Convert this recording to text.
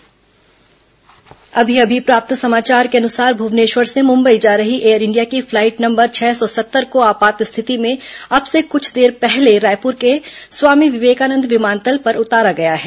air India flight अभी अभी प्राप्त समाचार के अनुसार भुवनेश्वर से मुंबई जा रही एयर इंडिया की फ्लाइट नंबर छह सौ सत्तर को आपात रिथिति में अब से कुछ देर पहले रायपुर के स्वामी विवेकानंद विमानतल पर उतारा गया है